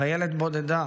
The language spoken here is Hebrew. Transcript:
חיילת בודדה